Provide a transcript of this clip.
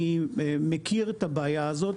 אני מכיר את הבעיה הזאת,